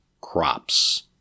crops